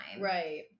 right